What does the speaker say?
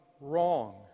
wrong